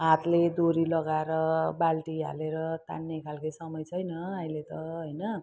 हातले दोरी लगाएर बाल्टी हालेर तान्ने खालको समय छैन अहिले त होइन